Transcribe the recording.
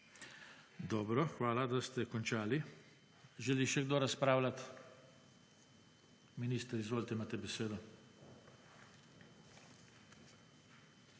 Dobro. Hvala, da ste končali. Želi še kdo razpravljati? Minister, izvolite, imate besedo.